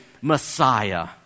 Messiah